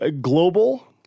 global